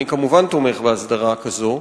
אני כמובן תומך בהסדרה כזאת,